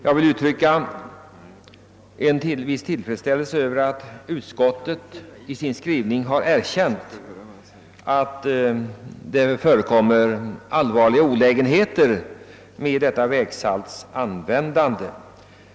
Jag vill uttrycka min tillfredsställelse över att utskottet i sin skrivning erkänt, att det uppstår allvarliga olägenheter vid användandet av vägsalt.